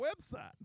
website